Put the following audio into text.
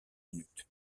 minutes